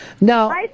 No